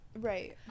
Right